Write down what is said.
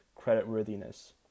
creditworthiness